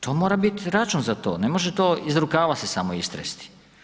To mora bit račun za to, ne može to iz rukava se samo istresti.